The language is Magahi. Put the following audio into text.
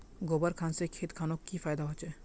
गोबर खान से खेत खानोक की फायदा होछै?